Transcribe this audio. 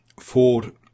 Ford